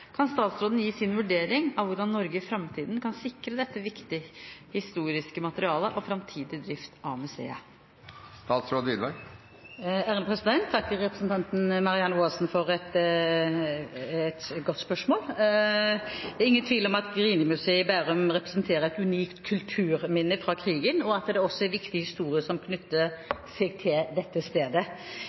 Kan statsråden gi sin vurdering av hvordan Norge i framtiden kan sikre dette viktige historiske materialet og framtidig drift av museet? Takk til representanten Marianne Aasen for et godt spørsmål. Det er ingen tvil om at Grini-museet i Bærum representerer et unikt kulturminne fra krigen, og at det også er viktig historie som knytter seg til dette stedet.